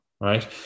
right